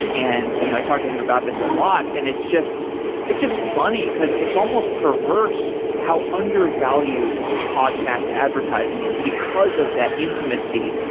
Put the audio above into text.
and you know i talked to him about this a lot and it's just it's just funny, because it's almost perverse how undervalued podcast advertising is because of that intimacy,